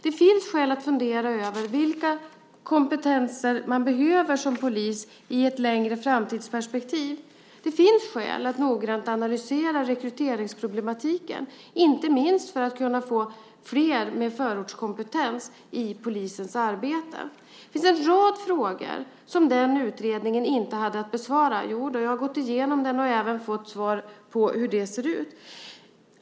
Det finns skäl att fundera över vilka kompetenser man behöver som polis i ett längre framtidsperspektiv. Det finns skäl att noggrant analysera rekryteringsproblematiken, inte minst för att kunna få fler med förortskompetens i polisens arbete. Det finns en rad frågor som den utredningen inte hade att besvara. Jag har gått igenom den och även fått svar på hur det ser ut.